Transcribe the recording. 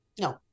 no